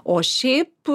o šiaip